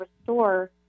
restore